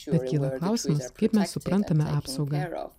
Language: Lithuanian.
bet kyla klausimas kaip mes suprantame apsaugą